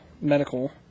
medical